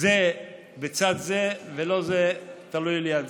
זה בצד זה, ולא זה תלוי ליד זה.